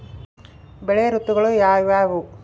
ಬೆಳೆ ಋತುಗಳು ಯಾವ್ಯಾವು?